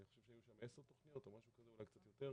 אולי 10 תכניות או אולי קצת יותר?